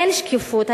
אין שקיפות.